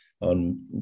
on